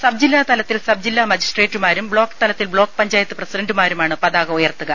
sub ജില്ലാ തലത്തിൽ sub ജില്ലാ മജിസ്ട്രേറ്റുമാരും ബ്ലോക്ക് തലത്തിൽ ബ്ലോക്ക് പഞ്ചായത്ത് പ്രസിഡന്റുമാരുമാണ് പതാക ഉയർത്തുക